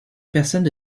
personnes